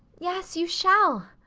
yes you shall.